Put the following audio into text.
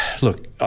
Look